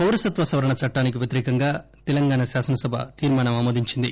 పౌరసత్వ సవరణ చట్టానికి వ్యతిరేకంగా తెలంగాణ శాసనసభ తీర్మానం ఆమోదించింది